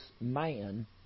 man